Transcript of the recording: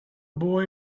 boy